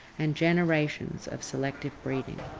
and generations of selective breeding.